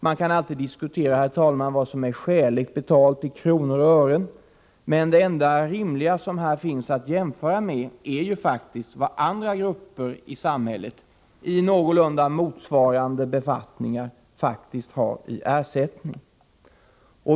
Man kan alltid diskutera, herr talman, vad som är skäligt betalt i kronor och ören, men det enda rimliga som här finns att jämföra med är vad andra grupper i samhället i någorlunda motsvarande befattningar faktiskt får i ersättning.